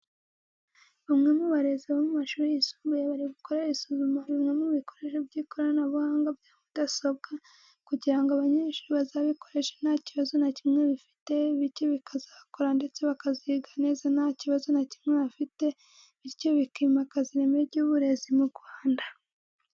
Bamwe mu barezi bo mu mashuri yisumbuye bari gukorera isuzuma bimwe mu bikoresho by'ikoranabuhanga bya mudasobwa kugira ngo abanyeshuri bazabikoreshe nta kibazo na kimwe bifite bityo bakazakora ndetse bakaziga neza nta kibazo na kimwe bafite bityo bikimakaza ireme ry'uburezi mu Rwanda.